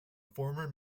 former